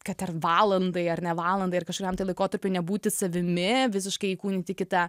kad ir valandai ar ne valandai ar kažkuriam tai laikotarpiui nebūti savimi visiškai įkūnyti kitą